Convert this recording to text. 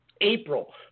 April